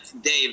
Dave